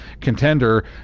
contender